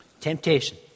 Temptation